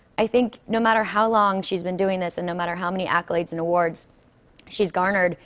i think, no matter how long she's been doing this and no matter how many accolades and awards she's garnered,